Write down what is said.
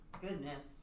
goodness